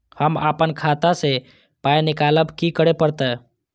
हम आपन खाता स पाय निकालब की करे परतै?